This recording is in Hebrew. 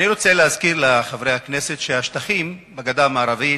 אני רוצה להזכיר לחברי הכנסת שהשטחים בגדה המערבית,